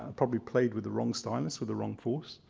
ah probably played with the wrong stylus, with the wrong force.